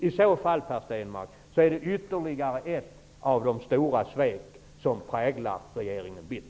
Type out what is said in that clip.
I så fall, Per Stenmarck, är det ytterligare ett av de stora svek som präglar regeringen Bildt.